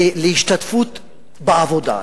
להשתתפות בעבודה,